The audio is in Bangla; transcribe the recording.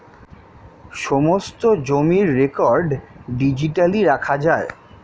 সমস্ত জমির রেকর্ড ডিজিটালি রাখা যায়